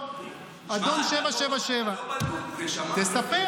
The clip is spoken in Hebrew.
אדון 777. שמע,